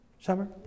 Summer